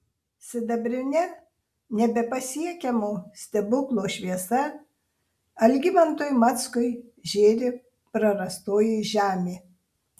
sidabrine nebepasiekiamo stebuklo šviesa algimantui mackui žėri prarastoji žemė